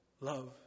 love